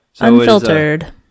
Unfiltered